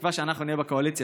בתקווה שאנחנו נהיה בקואליציה,